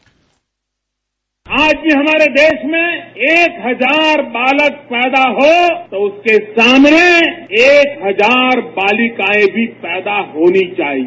bite आज भी हमारे देश में एक हजार बालक पैदा हो तो उसके सामने एक हजार बालिकाएं भी पैदा होनी चाहिए